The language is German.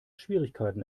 schwierigkeiten